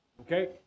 Okay